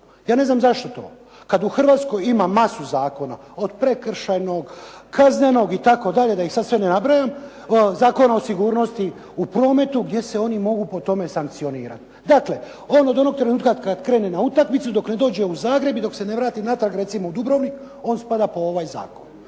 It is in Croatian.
Ja ne znam zašto to, kada u Hrvatskoj ima masu zakona, od prekršajnog, kaznenog itd., da ih sada sve ne nabrajam, Zakona o sigurnosti u prometu, gdje se oni mogu po tome sankcionirati. Dakle, on od onog trenutka kada krene na utakmicu dok ne dođe u Zagreb i dok se ne vrati natrag recimo u Dubrovnik, on spada po ovaj zakon.